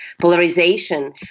polarization